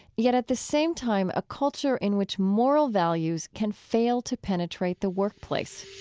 yet, at the same time, a culture in which moral values can fail to penetrate the workplace